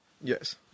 Yes